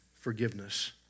forgiveness